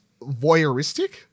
voyeuristic